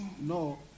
No